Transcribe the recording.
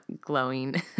glowing